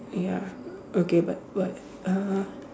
ya okay but what uh